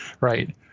Right